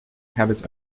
habits